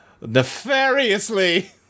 nefariously